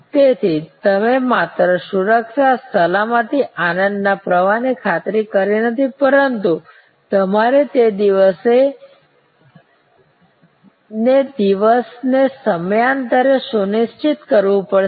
તેથી તમે માત્ર સુરક્ષા સલામતી આનંદના પ્રવાહની ખાતરી કરી નથી પરંતુ તમારે તે દિવસે ને દિવસે સમયાંતરે સુનિશ્ચિત કરવું પડશે